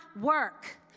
work